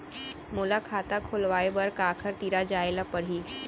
मोला खाता खोलवाय बर काखर तिरा जाय ल परही?